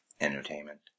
Entertainment